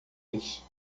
isso